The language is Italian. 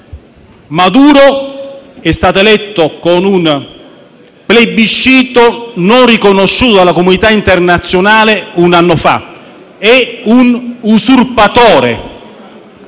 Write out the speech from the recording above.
Maduro è stato eletto con un plebiscito non riconosciuto dalla comunità internazionale, un anno fa. È un usurpatore,